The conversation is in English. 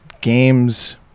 games